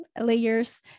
layers